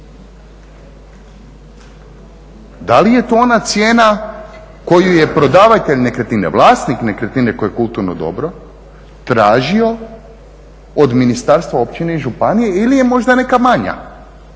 Da li je to ona cijena koju je prodavatelj nekretnine, vlasnik nekretnine koja je kulturno dobro, tražio od ministarstva, općine i županije ili je možda neka manja